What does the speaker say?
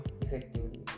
effectively